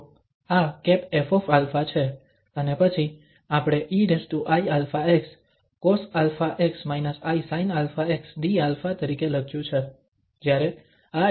તો આ ƒα છે અને પછી આપણે eiαx cosαx−isinαxdα તરીકે લખ્યું છે